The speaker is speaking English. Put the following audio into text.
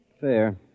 Fair